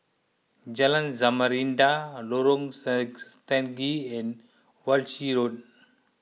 Jalan Samarinda Lorong Stangee and Walshe Road